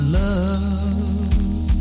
love